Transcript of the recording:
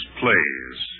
plays